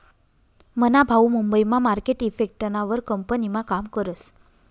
मना भाऊ मुंबई मा मार्केट इफेक्टना वर कंपनीमा काम करस